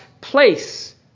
place